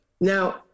Now